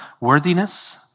worthiness